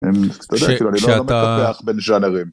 כש.. כשאתה... אממ אתה יודע אני לא פותח בין ז'אנרים